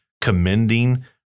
commending